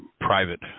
private